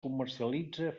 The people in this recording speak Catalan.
comercialitza